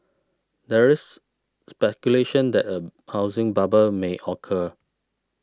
there is speculation that a housing bubble may occur